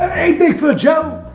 hey bigfoot joe.